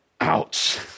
Ouch